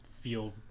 feel